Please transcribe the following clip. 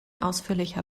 ausführlicher